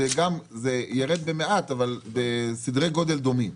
ירד במעט אבל בסדרי גודל דומים.